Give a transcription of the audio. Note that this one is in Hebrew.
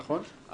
נכון,